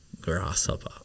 grasshopper